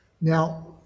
now